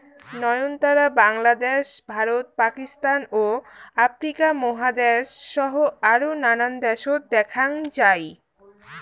নয়নতারা বাংলাদ্যাশ, ভারত, পাকিস্তান ও আফ্রিকা মহাদ্যাশ সহ আরও নানান দ্যাশত দ্যাখ্যাং যাই